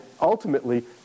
ultimately